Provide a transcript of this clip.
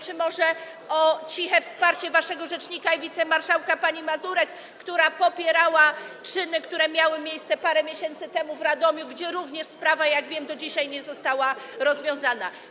Czy może o ciche wsparcie waszego rzecznika i wicemarszałka pani Mazurek, która popierała czyny, które miały miejsce parę miesięcy temu w Radomiu, gdzie również sprawa, jak wiem, do dzisiaj nie została rozwiązana?